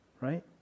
right